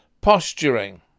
Posturing